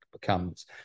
becomes